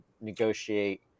negotiate